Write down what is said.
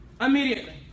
Immediately